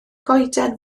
goeden